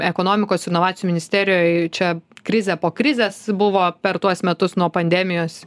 ekonomikos inovacijų ministerijoj čia krizė po krizės buvo per tuos metus nuo pandemijos